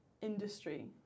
industry